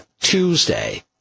Tuesday